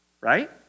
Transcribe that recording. Right